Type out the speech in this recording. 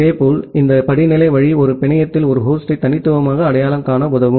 இதேபோல் இந்த படிநிலை வழி ஒரு பிணையத்தில் ஒரு ஹோஸ்டை தனித்துவமாக அடையாளம் காண உதவும்